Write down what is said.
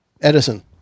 Edison